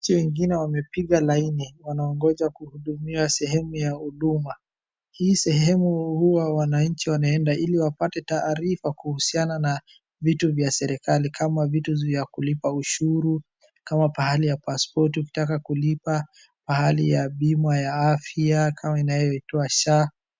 Wanainchi wengine wamepiga laini wanaongoja kuhudumiwa sehemu ya huduma. Hii sehemu hua wanainchi wanaenda ili wapate taarifa kuhusiana na vitu vya serekali kama vya kulipa ushuru kama pahali ya passpoti ukitaka kulipa pahali ya bima ya afya kama inayo itwa SHA.